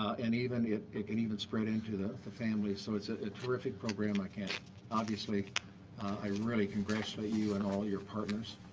and it it can even spread into the family. so it's a terrific program. i can't obviously i really congratulate you and all your partners.